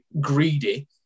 greedy